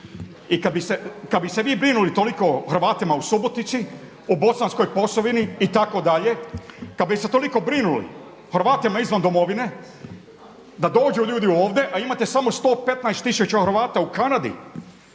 I kad bi se vi brinuli toliko o Hrvatima u Subotici u Bosanskoj Posavini itd., kad bi se toliko brinuli o Hrvatima izvan Domovine da dođu ljudi ovdje, a imate samo 115000 Hrvata u Kanadi.